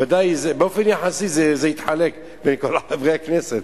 ודאי באופן יחסי זה יתחלק בין כל חברי הכנסת,